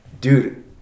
dude